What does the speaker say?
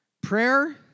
Prayer